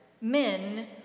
men